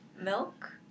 milk